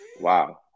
wow